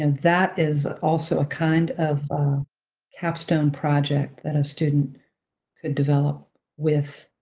and that is also a kind of capstone project that a student could develop with